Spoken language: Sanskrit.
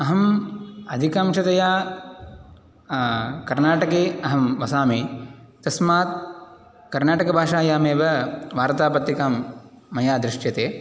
अहम् अधिकांशतया कर्नाटके अहं वसामि तस्मात् कर्नाटकभाषायामेव वार्तापत्रिकां मया दृश्यते